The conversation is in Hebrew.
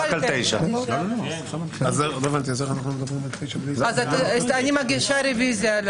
-- רק על 9. אני מגישה רביזיה.